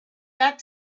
that